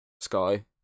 Sky